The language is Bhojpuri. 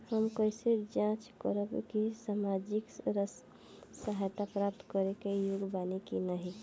हम कइसे जांच करब कि सामाजिक सहायता प्राप्त करे के योग्य बानी की नाहीं?